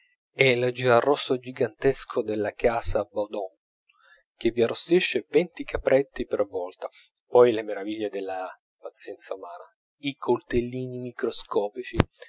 e il girarrosto gigantesco della casa baudon che vi arrostisce venti capretti per volta poi le meraviglie della pazienza umana i coltellini microscopici